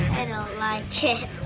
i don't like it.